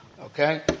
Okay